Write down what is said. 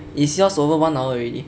is yours over one hour already